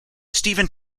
stephen